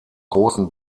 großen